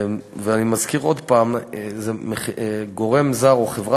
אני מזכיר עוד הפעם: גורם זר או חברה